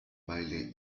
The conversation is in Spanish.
baile